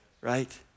right